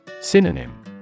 Synonym